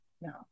No